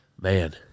man